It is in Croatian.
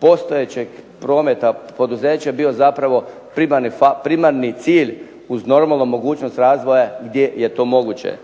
postojećeg prometa poduzeće bio zapravo primarni cilj uz normalno mogućnost razvoja gdje je to moguće,